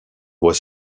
voit